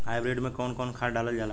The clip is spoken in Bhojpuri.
हाईब्रिड में कउन कउन खाद डालल जाला?